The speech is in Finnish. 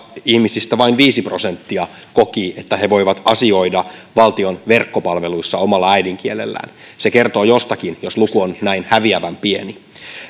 ihmisistä vain viisi prosenttia koki että he voivat asioida valtion verkkopalveluissa omalla äidinkielellään se kertoo jostakin jos luku on näin häviävän pieni